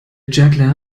juggler